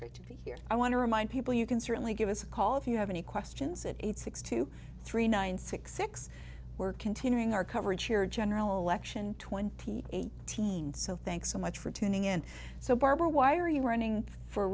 be here i want to remind people you can certainly give us a call if you have any questions at eight six to three nine six six we're continuing our coverage here general election twenty eight teen so thanks so much for tuning in so barbara why are you running for